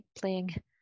playing